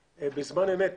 מה אנחנו עושים בזמן אמת.